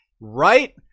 Right